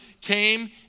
came